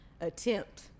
attempt